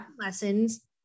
lessons